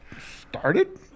started